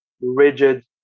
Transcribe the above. rigid